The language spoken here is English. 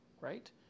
right